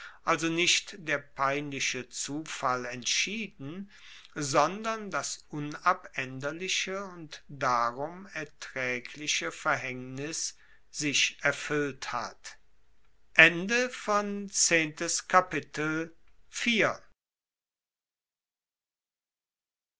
also nicht der peinliche zufall entschieden sondern das unabaenderliche und darum ertraegliche verhaengnis sich erfuellt hat